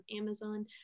Amazon